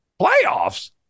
Playoffs